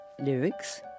Lyrics